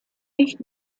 nicht